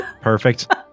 Perfect